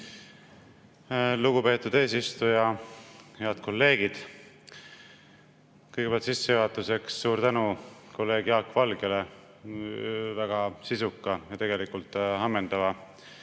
Lugupeetud eesistuja! Head kolleegid! Kõigepealt sissejuhatuseks suur tänu kolleeg Jaak Valgele väga sisuka ja tegelikult ammendava